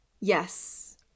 Yes